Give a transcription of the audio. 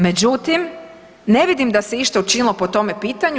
Međutim, ne vidim da se išta učinilo po tome pitanju.